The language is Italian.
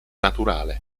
naturale